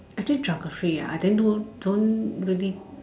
I pick geography ah I didn't know didn't really